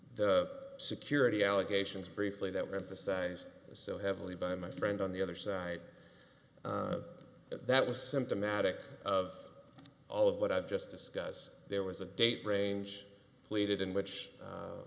the security allegations briefly that one for size so heavily by my friend on the other side that was symptomatic of all of what i've just discussed there was a date range pleated in which